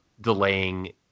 delaying